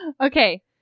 Okay